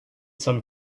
some